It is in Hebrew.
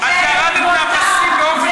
האם הקשבת למה שאת אמרת?